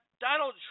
Donald